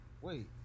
Wait